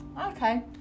Okay